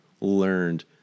learned